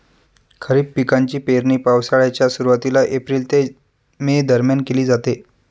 खरीप पिकांची पेरणी पावसाळ्याच्या सुरुवातीला एप्रिल ते मे दरम्यान केली जाते